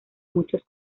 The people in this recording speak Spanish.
muchos